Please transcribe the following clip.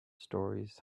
stories